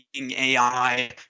AI